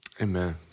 Amen